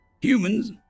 Humans